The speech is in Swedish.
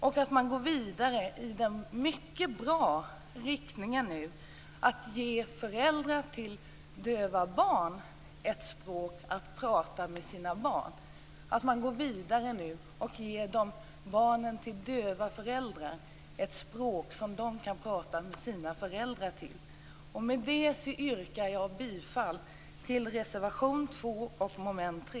Regeringen borde gå vidare i den mycket bra riktningen, att ge föräldrar till döva barn ett språk att tala med sina barn och ge barnen till döva föräldrar ett språk som de kan tala med sina föräldrar. Med detta yrkar jag bifall till reservation 2 under mom. 3.